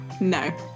no